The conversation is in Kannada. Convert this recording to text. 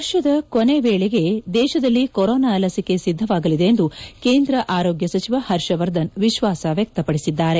ವರ್ಷದ ಕೊನೆ ವೇಳೆಗೆ ದೇಶದಲ್ಲಿ ಕೊರೋನಾ ಲಸಿಕೆ ಸಿಧ್ಲವಾಗಲಿದೆ ಎಂದು ಕೇಂದ್ರ ಆರೋಗ್ಗ ಸಚಿವ ಹರ್ಷವರ್ಧನ್ ವಿಶ್ವಾಸ ವ್ಯಕ್ತಪಡಿಸಿದ್ದಾರೆ